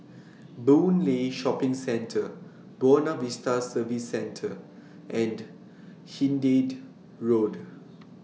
Boon Lay Shopping Centre Buona Vista Service Centre and Hindhede Road